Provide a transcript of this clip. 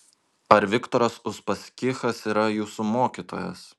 ar viktoras uspaskichas yra jūsų mokytojas